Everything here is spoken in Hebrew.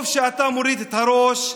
טוב שאתה מוריד את הראש.